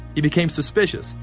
he became suspicious.